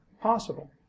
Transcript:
possible